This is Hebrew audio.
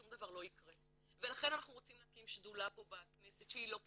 שום דבר לא יקרה ולכן אנחנו רוצים להקים שדולה בכנסת שהיא לא פוליטית,